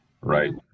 right